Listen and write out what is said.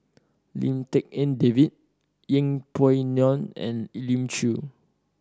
Lim Tik En David Yeng Pway Ngon and Elim Chew